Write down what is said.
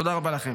תודה רבה לכם.